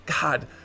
God